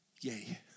yay